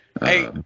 Hey